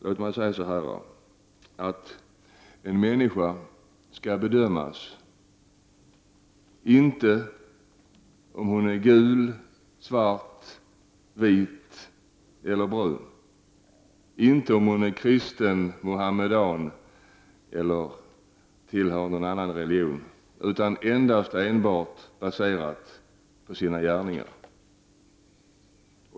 Låt mig säga så här: En människa skall inte bedömas efter om hon är gul, svart, vit eller brun, inte efter om hon är kristen, muhammedan eller tillhör någon annan religion, utan enbart på grundval av sina gärningar.